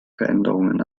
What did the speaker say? veränderungen